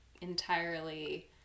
entirely